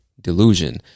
Delusion